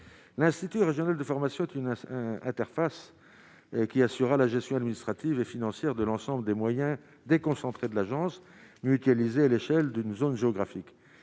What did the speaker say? l'institut régional de formation et d'une interface qui assurera la gestion administrative et financière de l'ensemble des moyens déconcentrés de l'agence mutualiser l'échelle d'une zone géographique,